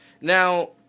now